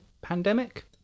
Pandemic